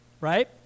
right